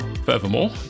furthermore